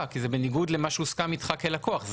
כי זה בניגוד למה שהוסכם איתך כלקוח.